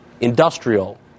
industrial